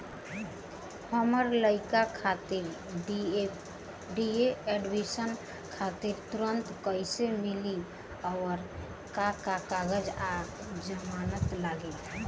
हमार लइका खातिर बी.ए एडमिशन खातिर ऋण कइसे मिली और का का कागज आ जमानत लागी?